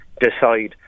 decide